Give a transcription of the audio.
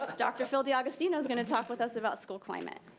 ah dr. phil d'agostino is gonna talk with us about school climate.